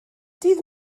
dydd